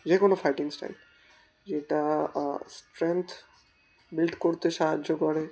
যে কোনো fighting style যেটা স্ট্রেংথ বিল্ড করতে সাহায্য করে